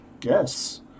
Yes